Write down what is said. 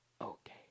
okay